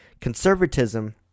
conservatism